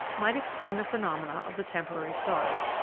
might explain the phenomena of the temporary stars.